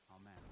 Amen